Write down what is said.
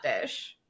dish